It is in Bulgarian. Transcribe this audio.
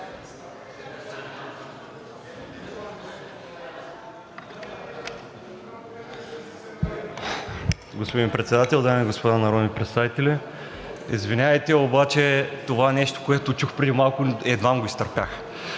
Господин Председател, дами и господа народни представители! Извинявайте, обаче това нещо, което чух преди малко, едвам го изтърпях.